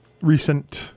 recent